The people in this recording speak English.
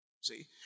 See